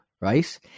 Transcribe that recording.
right